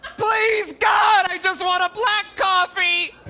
please god, i just want a black coffee!